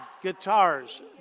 guitars